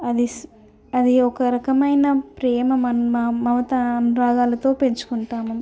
అది అది ఒక రకమైన ప్రేమ మన మమత అనురాగాలతో పెంచుకుంటాము